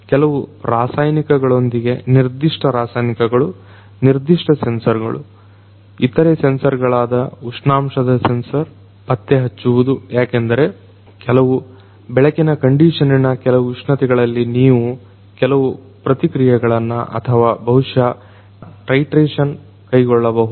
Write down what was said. ಕೆಲವು ರಾಸಾಯನಿಕಗಳೊಂದಿಗೆ ನಿರ್ದಿಷ್ಟ ರಾಸಾಯನಿಕಗಳು ನಿರ್ದಿಷ್ಟ ಸೆನ್ಸರ್ಗಳು ಇತರೆ ಸೆನ್ಸರ್ಗಳಾದ ಉಷ್ಣಾಂಶದ ಸೆನ್ಸರ್ ಪತ್ತೆಹಚ್ಚುವುದು ಯಾಕೆಂದ್ರೆ ಕೆಲವು ಬೆಳಕಿನ ಕಂಡಿಷನ್ನಿನ ಕೆಲವು ಉಷ್ಣತೆಗಳಲ್ಲಿ ನೀವು ಕೆಲವು ಪ್ರತಿಕ್ರೀಯೆಗಳನ್ನ ಅಥವಾ ಬಹುಶಃ ಟೈಟ್ರೆಶನ್ ಕೈಗೊಳ್ಳಬೇಕಾಗಬಹುದು